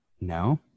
no